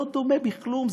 לא דומה בכלום.